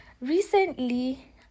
Recently